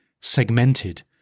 segmented